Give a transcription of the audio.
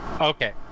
okay